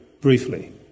briefly